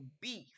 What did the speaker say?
beef